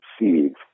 seeds